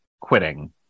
quitting